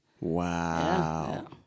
Wow